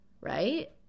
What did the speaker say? right